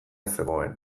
zegoen